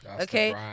okay